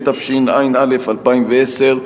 התשע"א 2010,